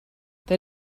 they